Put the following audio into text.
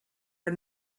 are